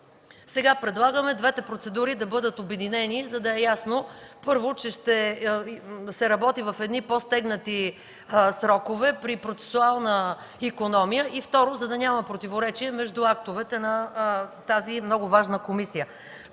Сега предлагаме двете процедури да бъдат обединени, за да е ясно: първо, че ще се работи в по-стегнати срокове при процесуална икономия, и второ – да няма противоречия между актовете на тази много важна комисия.